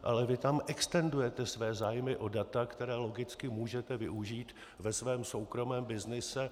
Ale vy tam extendujete své zájmy o data, která logicky můžete využít ve svém soukromém byznyse.